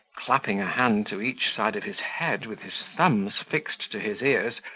clapping a hand to each side of his head with his thumbs fixed to his ears,